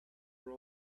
were